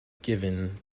given